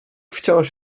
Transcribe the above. wciąż